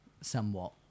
somewhat